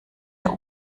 der